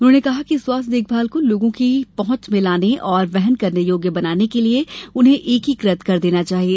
उन्होंने कहा कि स्वास्थ्य देखभाल को लोगों की पहंच में लाने और वहन करने योग्य बनाने के लिए उन्हें एकीकृत कर देना चाहिए